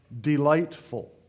delightful